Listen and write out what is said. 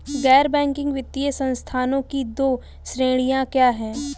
गैर बैंकिंग वित्तीय संस्थानों की दो श्रेणियाँ क्या हैं?